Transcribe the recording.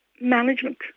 management